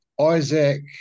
Isaac